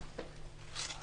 הישיבה